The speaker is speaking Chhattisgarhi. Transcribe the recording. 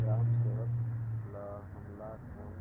ग्राम सेवक ल हमला कौन